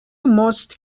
most